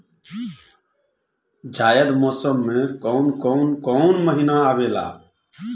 जायद मौसम में कौन कउन कउन महीना आवेला?